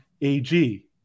AG